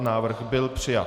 Návrh byl přijat.